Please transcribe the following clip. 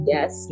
Yes